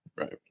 Right